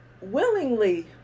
willingly